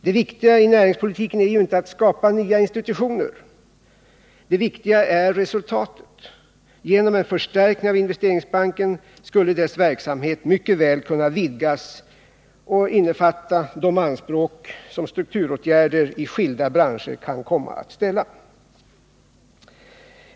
Det viktiga i näringspolitiken är ju inte att skapa nya institutioner. Det viktiga är resultatet. Genom en förstärkning av Investeringsbanken skulle dess verksamhet mycket väl kunna vidgas och innefatta de anspråk som strukturåtgärder i skilda branscher kan komma att ställa.